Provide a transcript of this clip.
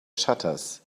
shutters